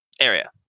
area